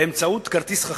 באמצעות כרטיס חכם,